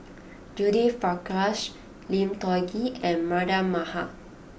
Judith Prakash Lim Tiong Ghee and Mardan Mamat